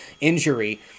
injury